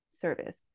Service